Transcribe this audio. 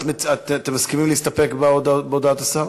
אתם מסכימים להסתפק בהודעת השר?